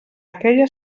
aquella